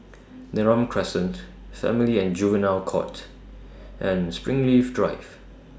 Neram Crescent Family and Juvenile Court and Springleaf Drive